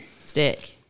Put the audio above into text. Stick